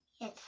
Yes